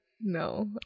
no